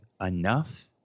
enough